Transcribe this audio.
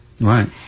Right